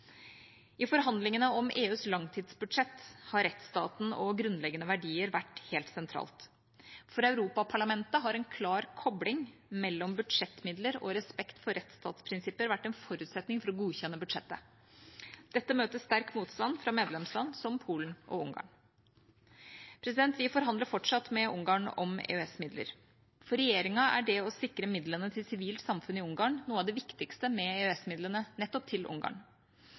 I forhandlingene om EUs langtidsbudsjett har rettsstaten og grunnleggende verdier vært helt sentralt. For Europaparlamentet har en klar kobling mellom budsjettmidler og respekt for rettsstatsprinsipper vært en forutsetning for å godkjenne budsjettet. Dette møter sterk motstand fra medlemsland som Polen og Ungarn. Vi forhandler fortsatt med Ungarn om EØS-midler. For regjeringa er det å sikre midlene til sivilt samfunn i Ungarn noe av det viktigste med EØS-midlene nettopp til Ungarn.